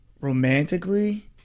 Romantically